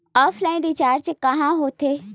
Offline recharge कहां होथे?